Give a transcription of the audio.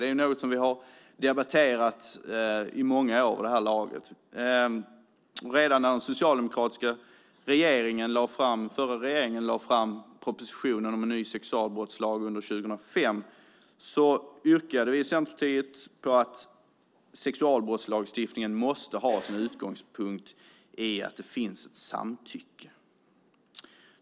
Det är något som vi har debatterat i många år. Redan när den förra socialdemokratiska regeringen lade fram propositionen om en ny sexualbrottslag 2005 yrkade vi i Centerpartiet på att sexualbrottslagstiftningen måste ha sin utgångspunkt i att det finns ett samtycke.